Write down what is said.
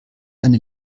eine